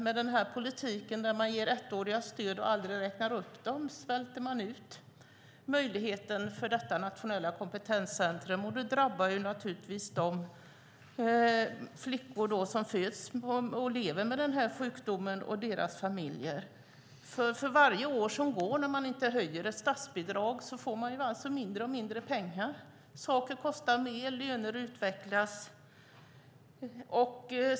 Med denna politik där man ger ettåriga stöd och aldrig räknar upp dem kan jag inte se något annat än att man svälter ut möjligheterna för detta nationella kompetenscentrum, och det drabbar naturligtvis de flickor som föds och lever med denna sjukdom och deras familjer. För varje år som går när ett statsbidrag inte höjs får man mindre och mindre pengar. Saker kostar mer, och löner utvecklas.